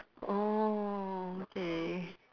oh okay